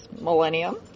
millennium